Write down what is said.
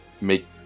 make